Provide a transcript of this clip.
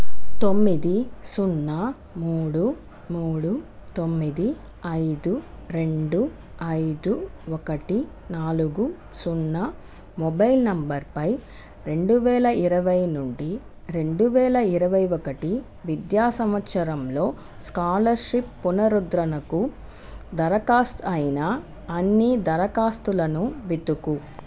తొమ్మిది సున్నా మూడు మూడు తొమ్మిది ఐదు రెండు ఐదు ఒకటి నాలుగు సున్నా మొబైల్ నెంబర్పై రెండు వేల ఇరవై నుండి రెండు వేల ఇరవై ఒకటి విద్యా సంవత్సరంలో స్కాలర్షిప్ పునరుద్ధరణకు దరఖాస్తు అయిన అన్ని దరఖాస్తులను వెతుకు